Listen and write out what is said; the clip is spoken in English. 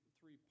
three